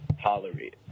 tolerate